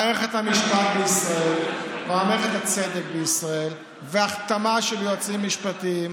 על מערכת המשפט בישראל ועל מערכת הצדק בישראל והכתמה של יועצים משפטיים.